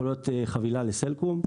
יכולה להיות חבילה לסלקום,